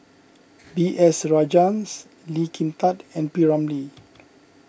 B S Rajhans Lee Kin Tat and P Ramlee